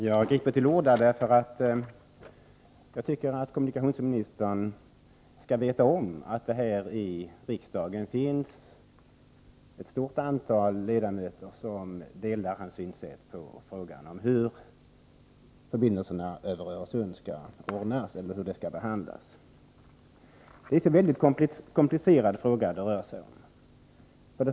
Herr talman! Jag tar till orda därför att jag tycker att kommunikationsministern skall veta att det här i riksdagen finns ett stort antal ledamöter som delar hans synsätt när det gäller hur frågan om förbindelserna över Öresund skall behandlas. Det är en mycket komplicerad fråga det rör sig om.